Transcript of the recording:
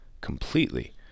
completely